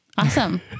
Awesome